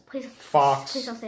fox